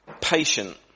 Patient